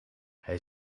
hij